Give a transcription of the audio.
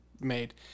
made